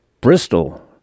Bristol